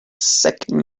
second